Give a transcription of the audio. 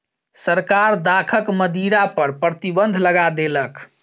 सरकार दाखक मदिरा पर प्रतिबन्ध लगा देलक